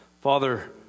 Father